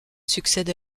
succède